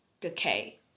decay